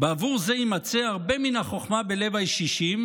"בעבור זה ימצא הרבה מן החוכמה בלב הישישים,